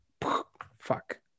fuck